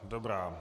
Dobrá.